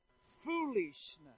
foolishness